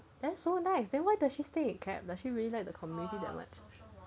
that's so nice then why does she stay at cap does she really like the communicate that much